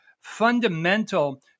fundamental